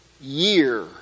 year